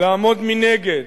לעמוד מנגד,